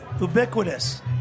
Ubiquitous